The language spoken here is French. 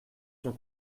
son